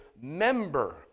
member